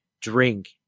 drink